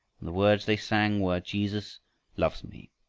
and the words they sang were jesus loves me,